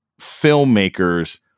filmmakers